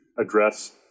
address